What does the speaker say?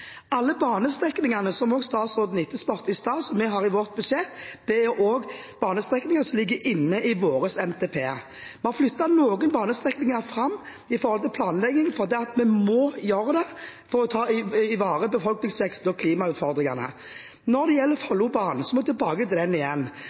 Alle banestrekningene som vi har i vårt budsjett, som statsråden etterspurte i stad, er banestrekninger som også ligger i vår NTP. Vi har flyttet noen banestrekninger fram i forhold til planene, fordi vi må gjøre det for å ta høyde for befolkningsveksten og for å møte klimautfordringene. Når det gjelder